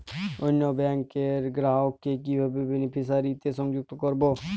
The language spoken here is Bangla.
অন্য ব্যাংক র গ্রাহক কে কিভাবে বেনিফিসিয়ারি তে সংযুক্ত করবো?